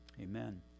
Amen